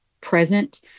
present